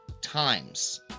times